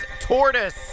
tortoise